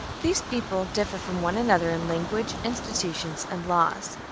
these peoples differ from one another in language, institutions, and laws.